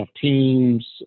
Teams